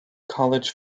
college